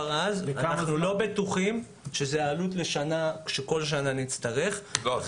אנחנו לא בטוחים שזו העלות שנצטרך כל שנה.